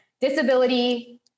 disability